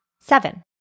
seven